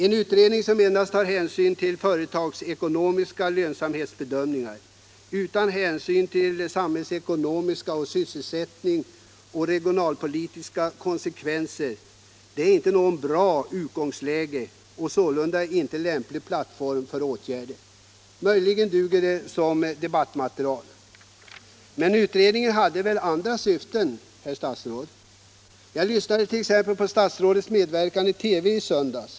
En utredning som endast gör företagsekonomiska lönsamhetsbedömningar — utan hänsyn till samhällsekonomiska och sysselsättnings och regionalpolitiska konsekvenser -— är inte något bra utgångsläge och sålunda inte en lämplig plattform för åtgärder — möjligen duger den som debattmaterial. Men utredningen har väl andra syften, herr statsråd? Jag lyssnade på statsrådets medverkan i TV i söndags.